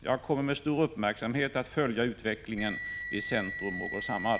Jag kommer med stor uppmärksamhet att följa utvecklingen vid Centro Morgårdshammar.